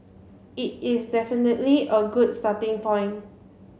it is definitely a good starting point